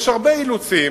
יש הרבה אילוצים.